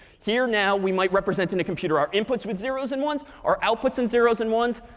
here now, we might represent in a computer our inputs with zeros and ones, our outputs in zeros and ones,